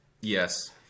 yes